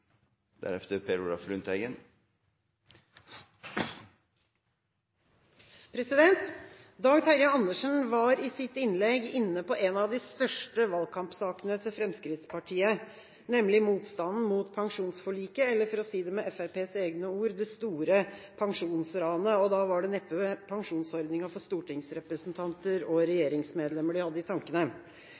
Dag Terje Andersen var i sitt innlegg inne på en av de største valgkampsakene til Fremskrittspartiet, nemlig motstanden mot pensjonsforliket, eller for å si det med Fremskrittspartiets egne ord – det store pensjonsranet. Da var det neppe pensjonsordninga for stortingsrepresentanter og regjeringsmedlemmer de hadde i tankene.